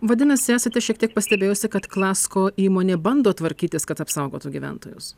vadinasi esate šiek tiek pastebėjusi kad klasko įmonė bando tvarkytis kad apsaugotų gyventojus